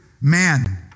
man